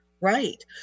right